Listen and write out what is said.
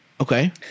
Okay